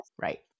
Right